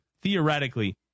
theoretically